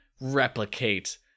replicate